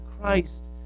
Christ